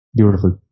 Beautiful